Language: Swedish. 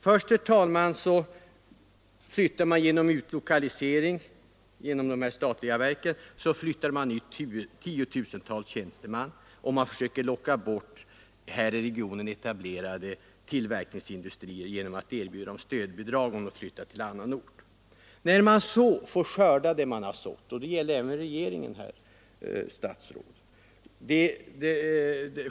Först utflyttas tiotusentals tjänstemän genom de statliga verkens utlokalisering. Man försöker locka bort här i regionen etablerade tillverkningsindustrier genom att erbjuda dem lokaliseringsstöd om de flyttar till annan ort. Men man får skörda det man sår, den naturlagen gäller även regeringen, herr statsråd.